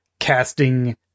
Casting